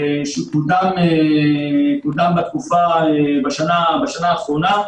שקודם בשנה האחרונה,